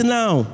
now